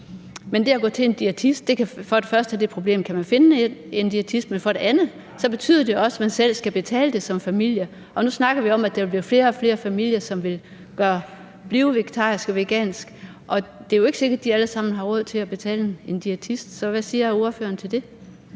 Men det at gå til en diætist giver for det første det problem, at kan man finde en diætist? Men for det andet betyder det også, at man selv som familie skal betale det. Og nu snakker vi om, at der vil blive flere og flere familier, som vil blive vegetariske og veganske, og det er jo ikke sikkert, at de alle sammen har råd til at betale en diætist. Så hvad siger ordføreren til det?